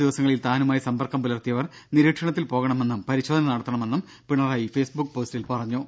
ദിവസങ്ങളിൽ അടുത്ത താനുമായി സമ്പർക്കം പുലർത്തിയവർ നിരീക്ഷണത്തിൽ പോകണമെന്നും പരിശോധന നടത്തണമെന്നും പിണറായി ഫെയ്സ്ബുക്ക് പോസ്റ്റിൽ പറഞ്ഞു